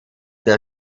der